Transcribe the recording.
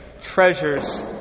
treasures